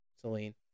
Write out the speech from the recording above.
Celine